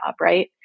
right